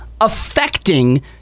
affecting